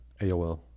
AOL